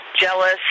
jealous